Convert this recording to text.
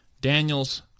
Daniels